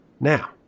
Now